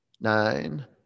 nine